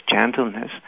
gentleness